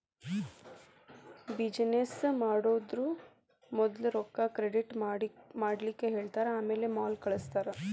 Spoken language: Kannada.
ಬಿಜಿನೆಸ್ ಮಾಡೊವ್ರು ಮದ್ಲ ರೊಕ್ಕಾ ಕ್ರೆಡಿಟ್ ಮಾಡ್ಲಿಕ್ಕೆಹೆಳ್ತಾರ ಆಮ್ಯಾಲೆ ಮಾಲ್ ಕಳ್ಸ್ತಾರ